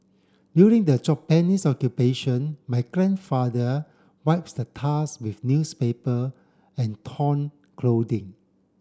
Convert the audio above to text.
during the Japanese Occupation my grandfather wipes the tusk with newspaper and torn clothing